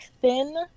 thin